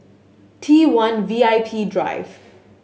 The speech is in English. T one VIP Drive